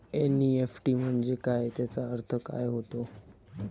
NEFT म्हंजे काय, त्याचा अर्थ काय होते?